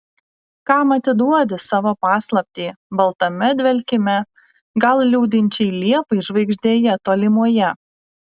kam atiduodi savo paslaptį baltame dvelkime gal liūdinčiai liepai žvaigždėje tolimoje